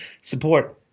support